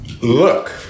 Look